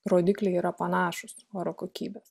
rodikliai yra panašūs oro kokybės